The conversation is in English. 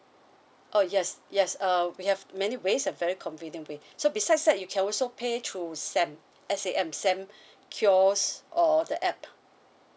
oh yes yes uh we have many ways a very convenient ways so besides that you can also pay through sam S_A_M sam kiosk or the app